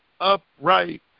upright